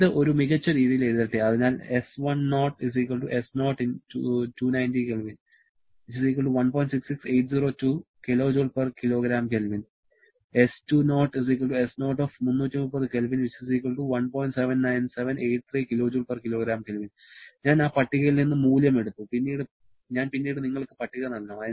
ഇത് ഒരു മികച്ച രീതിയിൽ എഴുതട്ടെ അതിനാൽ ഞാൻ ആ പട്ടികയിൽ നിന്ന് മൂല്യം എടുത്തു ഞാൻ പിന്നീട് നിങ്ങൾക്ക് പട്ടിക നൽകാം